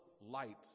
light